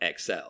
XL